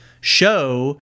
show